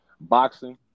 boxing